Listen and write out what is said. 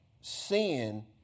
sin